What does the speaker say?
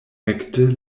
ekde